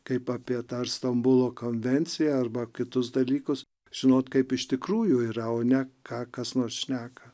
kaip apie tą ar stambulo konvenciją arba kitus dalykus žinot kaip iš tikrųjų yra o ne ką kas nors šneka